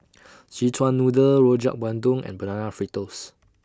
Szechuan Noodle Rojak Bandung and Banana Fritters